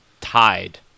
tied